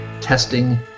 testing